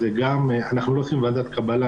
אנחנו לא עושים ועדת קבלה,